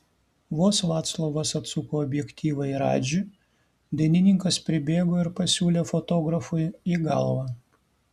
vos vaclovas atsuko objektyvą į radžį dainininkas pribėgo ir pasiūlė fotografui į galvą